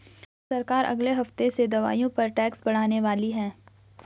सरकार अगले हफ्ते से दवाइयों पर टैक्स बढ़ाने वाली है